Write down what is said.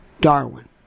Darwin